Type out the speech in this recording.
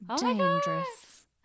dangerous